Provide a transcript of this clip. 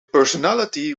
personality